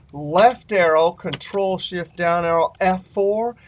left arrow, control-shift down arrow f four,